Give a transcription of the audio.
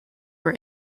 for